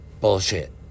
bullshit